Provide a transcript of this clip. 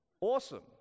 Awesome